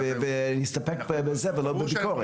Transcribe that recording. נסתפק בזה ולא בביקורת.